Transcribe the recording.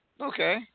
Okay